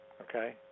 okay